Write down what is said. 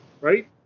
right